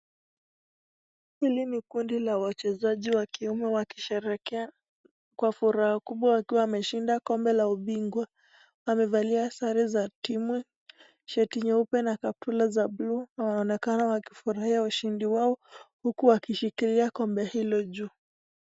Hili ni kundi la wachezaji wakiwemo wakisherehekea kwa furaha kubwa wakiwa wameshinda kombe la ubingwa, amevalia sare za timu, shati nyeupe na kapura za dharua, wanonekana wakishangilia ushindi wao, huku wakishikilia kombe hilo juu.